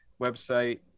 website